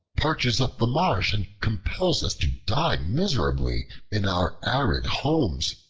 parches up the marsh, and compels us to die miserably in our arid homes.